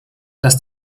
dass